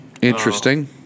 Interesting